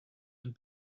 and